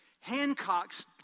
Hancock's